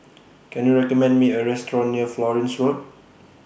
Can YOU recommend Me A Restaurant near Florence Road